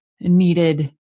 needed